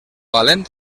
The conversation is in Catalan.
valent